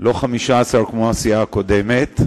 לא 15 כמו הסיעה הקודמת,